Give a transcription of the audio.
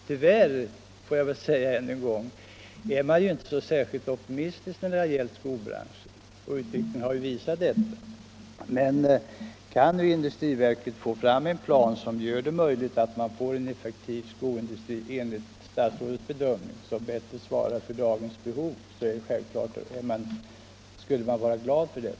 Tyvärr, får jag säga än en gång, är man inte särskilt optimistisk när det gäller skobranschen, och utvecklingen har visat att det har varit berättigat. Men kan industriverket åstadkomma en plan som gör det möjligt att få fram en effektiv skoindustri som enligt statsrådets bedömning bättre svarar mot dagens behov, skall man givetvis vara glad över detta.